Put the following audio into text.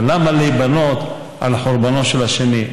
אבל למה להיבנות על חורבנו של השני?